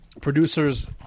producers